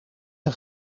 een